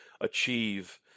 achieve